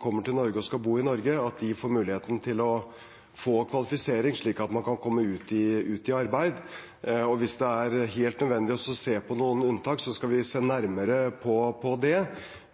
kommer til Norge og skal bo i Norge, får muligheten til å få kvalifisering, slik at de kan komme ut i arbeid. Hvis det er helt nødvendig å se på noen unntak, skal vi se nærmere på det.